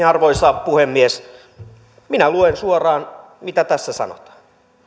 arvoisa puhemies minä luen suoraan mitä tässä sanotaan